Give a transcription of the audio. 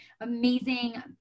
amazing